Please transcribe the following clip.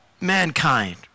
mankind